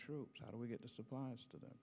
troops how do we get the supplies to them